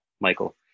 Michael